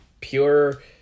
pure